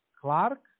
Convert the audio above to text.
Clark